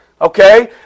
okay